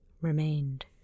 remained